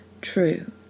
true